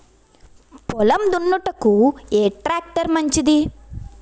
పొలం దున్నుటకు ఏ ట్రాక్టర్ మంచిది?